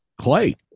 Clay